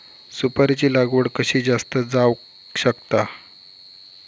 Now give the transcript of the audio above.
सुपारीची लागवड कशी जास्त जावक शकता?